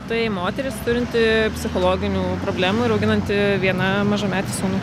tai moteris turinti psichologinių problemų ir auginanti viena mažametį sūnų